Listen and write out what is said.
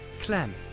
Clem